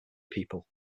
people